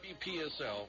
WPSL